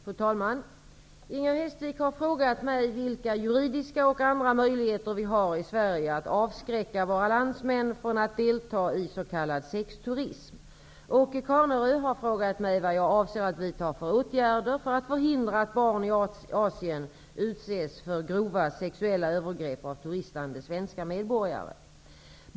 Fru talman! Inger Hestvik har frågat mig vilka juridiska eller andra möjligheter vi har i Sverige att avskräcka våra landsmän från att delta i s.k. sexturism. Åke Carnerö har frågat mig vad jag avser att vidta för åtgärder för att förhindra att barn i Asien utsätts för grova sexuella övergrepp av turistande svenska medborgare.